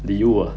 礼物 ah